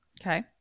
okay